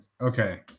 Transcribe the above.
okay